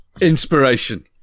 Inspiration